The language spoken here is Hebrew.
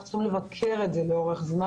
אנחנו צריכים לבקר את זה לאורך זמן,